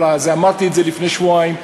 אמרתי את זה לפני שבועיים,